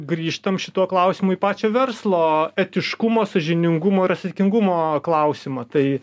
grįžtam šituo klausimu į pačio verslo etiškumo sąžiningumo ir atsakingumo klausimą tai